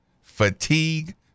fatigue